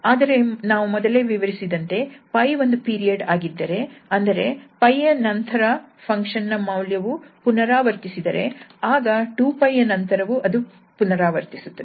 ಆದರೆ ನಾವು ಮೊದಲೇ ವಿವರಿಸಿದಂತೆ 𝜋 ಒಂದು ಪೀರಿಯಡ್ ಆಗಿದ್ದರೆ ಅಂದರೆ 𝜋 ಯ ನಂತರ ಫಂಕ್ಷನ್ ನ ಮೌಲ್ಯವು ಪುನರಾವರ್ತಿಸಿದರೆ ಆಗ 2𝜋 ನ ನಂತರವೂ ಅದು ಪುನರಾವರ್ತಿಸುತ್ತದೆ